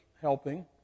helping